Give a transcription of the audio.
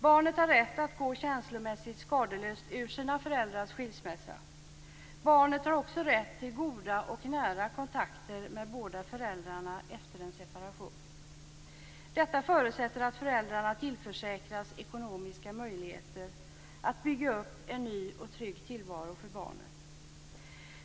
Barnet har rätt att gå känslomässigt skadeslös ur sina föräldrars skilsmässa. Barnet har också rätt till goda och nära kontakter med båda föräldrarna efter en separation. Detta förutsätter att föräldrarna tillförsäkras ekonomiska möjligheter att bygga upp en ny och trygg tillvaro för barnet.